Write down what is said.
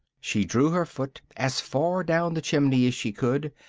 she drew her foot as far down the chimney as she could,